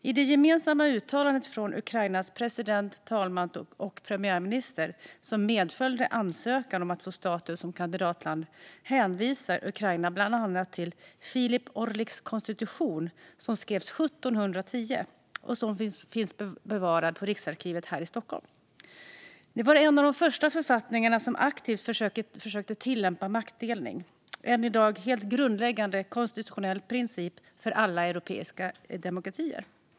I det gemensamma uttalande från Ukrainas president, talman och premiärminister som medföljde ansökan om att få status som kandidatland hänvisar Ukraina bland annat till Filip Orliks konstitution, som skrevs 1710 och som finns bevarad på Riksarkivet här i Stockholm. Det var en av de första författningar där man aktivt försökte tillämpa maktdelning, en i dag helt grundläggande konstitutionell princip för alla europeiska demokratier.